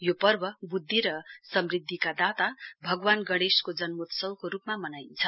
यो पर्व बुद्वि र समृद्विका दाता भगवान गणेशको जन्मोत्सवको रूपमा मनाइन्छ